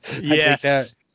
Yes